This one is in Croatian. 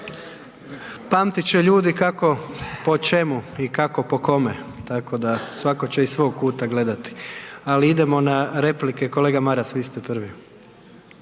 Pamtit će ljudi kako po čemu i kako po kome, tako da svako će iz svog kuta gledati. Ali idemo na replike, kolega Maras vi ste prvi.